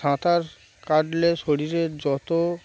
সাঁতার কাটলে শরীরে যত